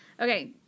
Okay